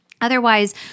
Otherwise